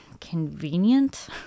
convenient